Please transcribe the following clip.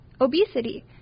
obesity